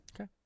Okay